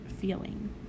feeling